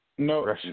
No